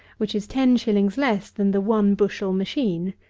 which is ten shillings less than the one bushel machine.